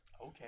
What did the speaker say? Okay